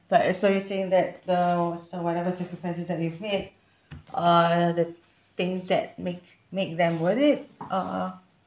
but uh so you're saying that the so whatever sacrifices that you've made uh the things that make make them worth it uh